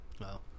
wow